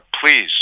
please